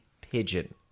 Pigeon